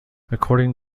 according